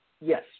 yes